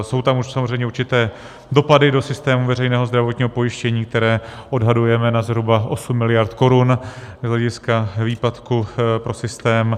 Jsou tam samozřejmě určité dopady do systému veřejného zdravotního pojištění, které odhadujeme na zhruba 8 mld. korun z hlediska výpadku pro systém.